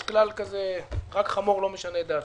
יש כלל כזה שרק חמור לא משנה את דעתו,